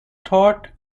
taught